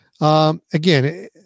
Again